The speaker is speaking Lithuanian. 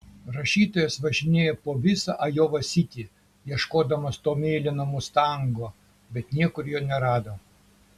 rašytojas važinėjo po visą ajova sitį ieškodamas to mėlyno mustango bet niekur jo nerado